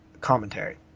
commentary